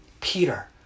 Peter